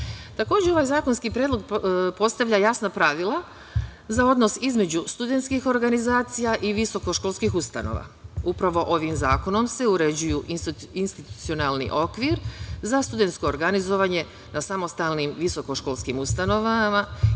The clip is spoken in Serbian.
ovaj zakonski predlog postavlja jasna pravila za odnos između studentskih organizacija i visokoškolskih ustanova. Upravo ovim zakonom se uređuju i institucionalni okvir za studentsko organizovanje na samostalnim visokoškolskim ustanovama